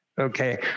okay